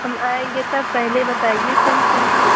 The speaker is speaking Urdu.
ہم آئیں گے تب پہلے بتائیے صحیح پیسے